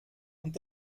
und